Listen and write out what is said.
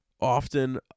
often